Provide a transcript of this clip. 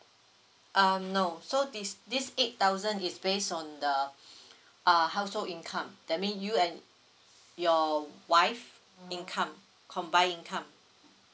um no so this this eight thousand is based on the uh household income that mean you and your wife income combined income